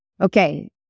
Okay